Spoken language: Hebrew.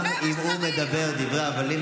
גם אם הוא מדבר דברי הבלים,